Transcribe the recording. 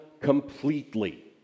completely